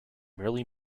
merely